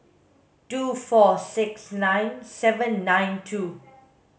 two four six nine seven nine two